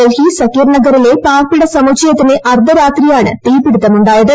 ഡൽഹിസക്കീർ നഗറിലെ പാർപ്പിടസമുച്ചയത്തിന് അർധരാത്രിയാണ് തീ പിടുത്തമുണ്ടായത്